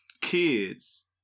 kids